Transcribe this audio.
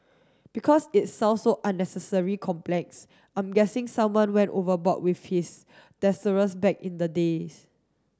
because it sounds so unnecessarily complex I'm guessing someone went overboard with his back in the day